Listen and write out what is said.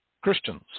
Christians